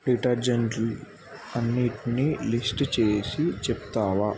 డిటర్జెంట్లు అన్నింటిని లిస్టు చేసి చెప్తావా